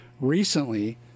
recently